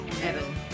Evan